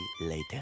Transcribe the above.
later